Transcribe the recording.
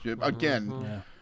Again